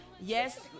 Yes